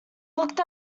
looked